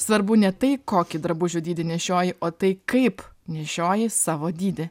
svarbu ne tai kokį drabužių dydį nešioji o tai kaip nešioji savo dydį